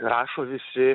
rašo visi